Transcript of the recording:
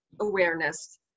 awareness